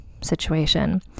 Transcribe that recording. situation